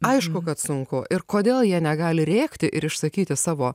aišku kad sunku ir kodėl jie negali rėkti ir išsakyti savo